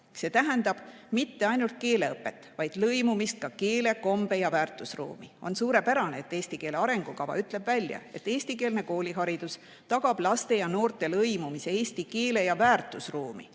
ei tähenda mitte ainult keeleõpet, vaid ka lõimumist keele-, kombe- ja väärtusruumi. On suurepärane, et eesti keele arengukava ütleb välja, et eestikeelne kooliharidus tagab laste ja noorte lõimumise eesti keele- ja väärtusruumi